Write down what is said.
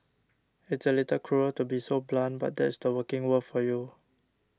it's a little cruel to be so blunt but that's the working world for you